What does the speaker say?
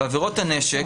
בעבירות הנשק,